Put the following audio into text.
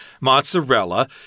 mozzarella